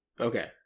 Okay